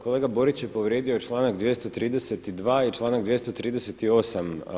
Kolega Borić je povrijedio članak 232. i članak 238.